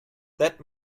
that